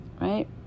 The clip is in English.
Right